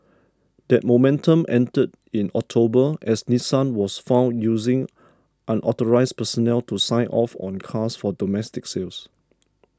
that momentum ended in October as Nissan was found using unauthorised personnel to sign off on cars for domestic sales